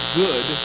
good